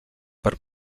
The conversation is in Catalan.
per